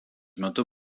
metu